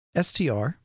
STR